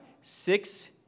six